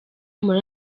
muri